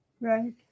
Right